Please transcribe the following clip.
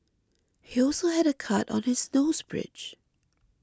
he also had a cut on his nose bridge